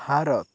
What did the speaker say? Bharat